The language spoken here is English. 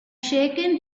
shaken